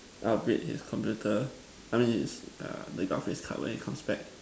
I'll break his computer I mean it's err the graphics card when it comes back